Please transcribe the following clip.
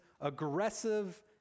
aggressive